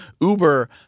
uber